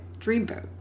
Dreamboat